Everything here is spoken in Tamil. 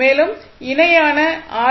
மேலும் இணையான ஆர்